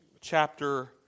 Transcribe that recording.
chapter